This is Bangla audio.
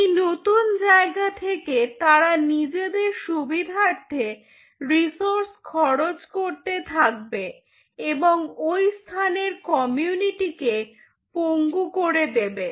এই নতুন জায়গা থেকে তারা নিজেদের সুবিধার্থে রিসোর্স খরচ করতে থাকবে এবং ওই স্থানের কমিউনিটিকে পঙ্গু করে দেবে